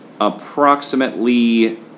Approximately